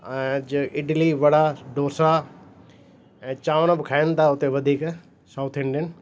ऐं जे इडली वड़ा डोसा ऐं चांवर बि खाइनि था उते वधीक साउथ इंडियन